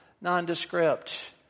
nondescript